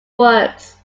works